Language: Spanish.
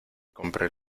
compre